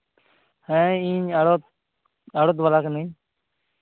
ᱦᱮᱸ ᱤᱧ ᱟᱲᱚᱛ ᱟᱲᱚᱛ ᱵᱟᱞᱟ ᱠᱟᱹᱱᱟᱹᱧ